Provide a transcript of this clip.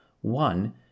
One